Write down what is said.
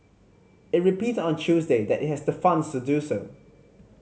it repeated on Tuesday that it has the funds to do so